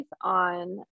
on